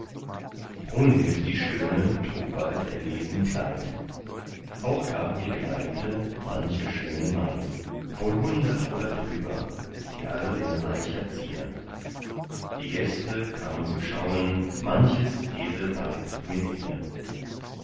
brunhild die schöne trug bald erlesen kleid auch gab ihr geleite manche schöne maid wohl hundert oder drüber sie all in reicher zier die gäste kam zu schauen manches edle weib mit ihr